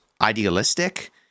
idealistic